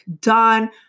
done